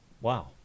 wow